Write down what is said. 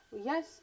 Yes